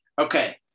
Okay